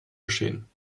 geschehen